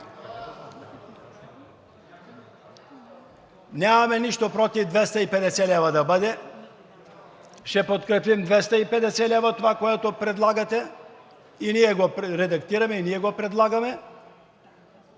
Нямаме нищо против 250 лв. да бъде, ще подкрепим 250 лв. – това, което предлагате, и ние го редактираме, и ние го предлагаме.